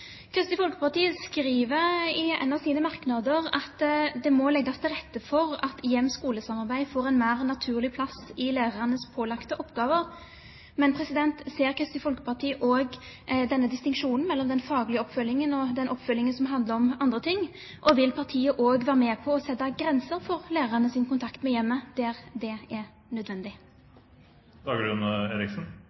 Kristelig Folkeparti skriver i en av sine merknader at det må legges til rette for at hjem–skole-samarbeid får en mer naturlig plass i lærernes pålagte oppgaver. Men ser Kristelig Folkeparti også denne distinksjonen mellom den faglige oppfølgingen og den oppfølgingen som handler om andre ting? Og vil partiet også være med på å sette grenser for lærernes kontakt med hjemmet der det er nødvendig?